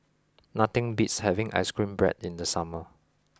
nothing beats having ice cream Bread in the summer